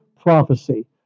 prophecy